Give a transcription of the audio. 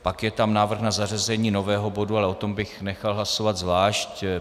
Pak je tam návrh na zařazení nového bodu, ale o tom bych nechal hlasovat zvlášť.